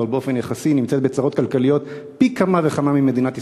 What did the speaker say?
אבל באופן יחסי נמצאת בצרות כלכליות פי כמה וכמה ממדינת ישראל.